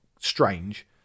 strange